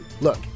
Look